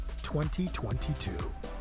2022